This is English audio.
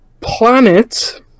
Planet